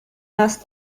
dust